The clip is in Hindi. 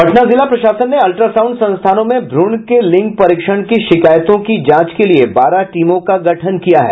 पटना जिला प्रशासन ने अल्ट्रासाउण्ड संस्थानों में भ्रूण के लिंग परीक्षण की शिकायतों की जांच के लिये बारह टीमों का गठन किया है